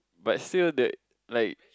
but still that like